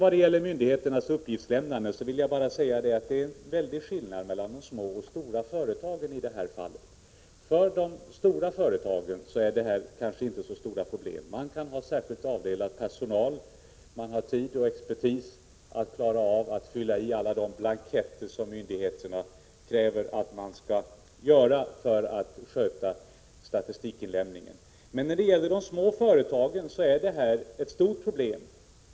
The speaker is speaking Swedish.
Vad så gäller myndigheternas uppgiftslämnande vill jag bara säga att det är en stor skillnad mellan små och stora företag i detta sammanhang. För de stora företagen är problemen inte så besvärliga. De kan ha för denna uppgift särskilt avdelad personal. De har tid och expertis för att fylla i alla blanketter som myndigheterna kräver att man skall lämna in i samband med statistikinsamlandet. För de små företagen är detta dock ett stort problem.